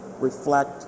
reflect